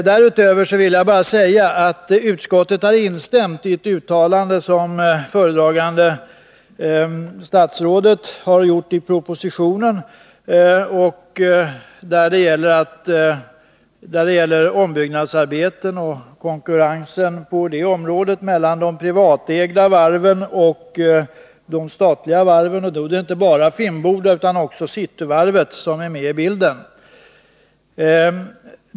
Därutöver vill jag bara säga att utskottet har instämt i ett uttalande som föredragande statsrådet har gjort i propositionen om byggnadsarbeten och konkurrensen på det området mellan de privatägda varven och de statliga. Då är inte bara Finnboda utan också Cityvarvet med i bilden.